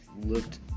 looked